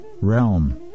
realm